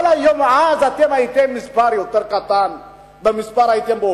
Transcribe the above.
אבל אז הייתם מספר יותר קטן ובאופוזיציה.